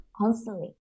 constantly